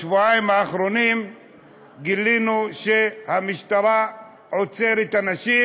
בשבועיים האחרונים גילינו שהמשטרה עוצרת אנשים,